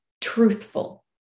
truthful